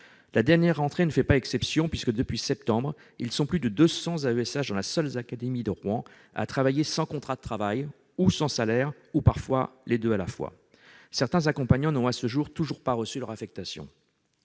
La dernière rentrée ne fait pas exception puisque, depuis le mois de septembre dernier, plus de 200 AESH, dans la seule académie de Rouen, travaillent sans contrat de travail ou sans salaire, voire les deux à la fois. Certains accompagnants n'ont, à ce jour, toujours pas reçu leur affectation.